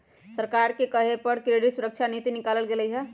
सरकारे के कहे पर क्रेडिट सुरक्षा नीति निकालल गेलई ह